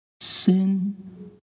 Sin